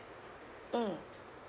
mm